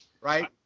right